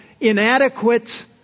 inadequate